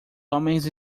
homens